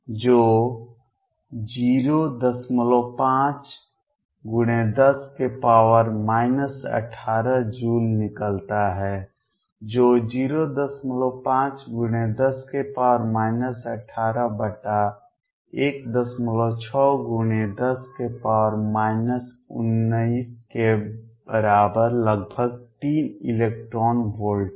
जो 05×10 18 जूल निकलता है जो 05×10 1816×10 19 के बराबर लगभग 3 इलेक्ट्रॉन वोल्ट है